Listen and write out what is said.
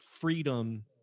freedom